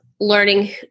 learning